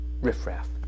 riffraff